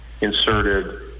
inserted